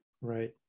right